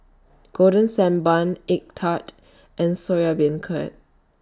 Golden Sand Bun Egg Tart and Soya Beancurd